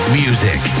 music